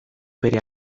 bere